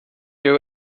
you